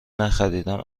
نخریدم